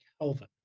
Kelvin